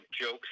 Jokes